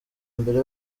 mbere